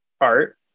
art